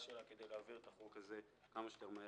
שלה כדי להעביר את החוק הזה כמה שיותר מהר.